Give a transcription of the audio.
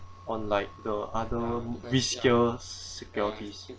on like the other riskier securities